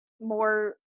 more